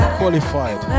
qualified